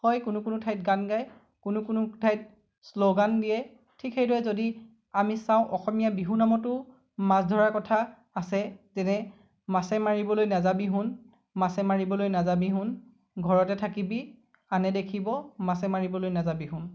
হয় কোনো কোনো ঠাইত গান গাই কোনো ঠাইত শ্লোগান দিয়ে ঠিক সেইদৰে যদি আমি চাওঁ অসমীয়া বিহু নামতো মাছ ধৰাৰ কথা আছে যেনে মাছে মাৰিবলৈ নেযাবি সোণ মাছে মাৰিবলৈ নেযাবি সোণ ঘৰতে থাকিবি আনে দেখিব মাছে মাৰিবলৈ নেযাবি সোণ